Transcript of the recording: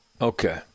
Okay